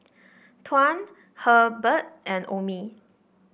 Tuan Hebert and Omie